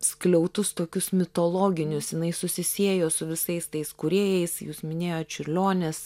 skliautus tokius mitologinius jinai susisiejo su visais tais kūrėjais jūs minėjot čiurlionis